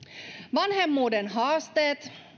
vanhemmuuden haasteet